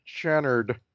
Channard